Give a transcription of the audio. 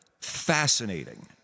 fascinating